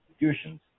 institutions